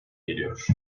geliyor